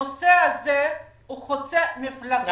הנושא הזה חוצה מפלגות.